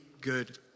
good